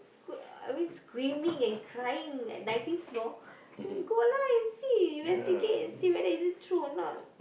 could I mean screaming and crying at nineteenth floor then go lah and see investigate and see whether is it true or not